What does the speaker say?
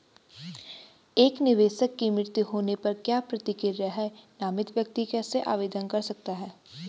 एक निवेशक के मृत्यु होने पर क्या प्रक्रिया है नामित व्यक्ति कैसे आवेदन कर सकता है?